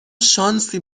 شانسی